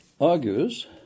argues